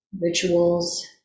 rituals